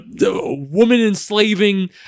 woman-enslaving